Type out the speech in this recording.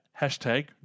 hashtag